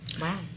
Wow